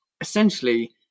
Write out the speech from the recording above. essentially